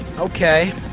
Okay